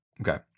Okay